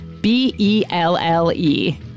B-E-L-L-E